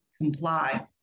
Comply